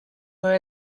were